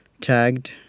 tagged